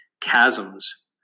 chasms